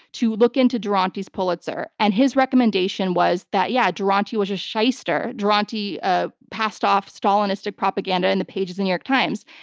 to look into duranty's pulitzer, and his recommendation was that yeah, duranty was a shyster, duranty ah passed off stalinistic propaganda in the pages of new york times.